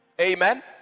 Amen